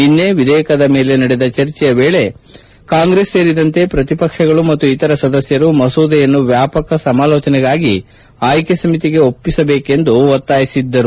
ನಿನ್ನೆ ವಿಧೇಯಕದ ಮೇಲೆ ನಡೆದ ಚರ್ಚೆಯ ವೇಳೆ ಕಾಂಗ್ರೆಸ್ ಸೇರಿದಂತೆ ಪ್ರತಿಪಕ್ಷಗಳು ಮತ್ತು ಇತರ ಸದಸ್ನರು ಮಸೂದೆಯನ್ನು ವ್ಯಾಪಕ ಸಮಾಲೋಚನೆಗಾಗಿ ಆಯ್ತೆ ಸಮಿತಿಗೆ ಒಪ್ಪಿಸಬೇಕೆಂದು ಒತ್ತಾಯಿಸಿದ್ದರು